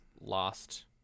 lost